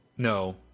No